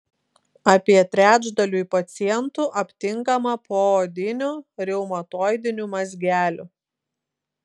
apie trečdaliui pacientų aptinkama poodinių reumatoidinių mazgelių